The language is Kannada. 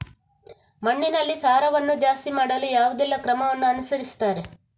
ಮಣ್ಣಿನಲ್ಲಿ ಸಾರವನ್ನು ಜಾಸ್ತಿ ಮಾಡಲು ಯಾವುದೆಲ್ಲ ಕ್ರಮವನ್ನು ಅನುಸರಿಸುತ್ತಾರೆ